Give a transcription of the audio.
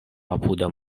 apuda